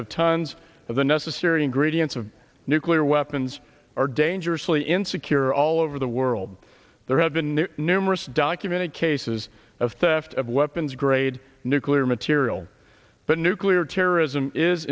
of the necessary ingredients of nuclear weapons are dangerously insecure all over the world there have been numerous documented cases of theft of weapons grade nuclear material but nuclear terrorism is